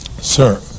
Sir